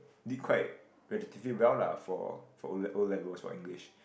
did quite relatively well lah for for O O-levels for English